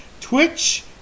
Twitch